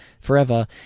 forever